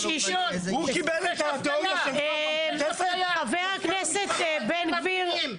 הוא קיבל את התיאוריה --- חבר הכנסת בן גביר,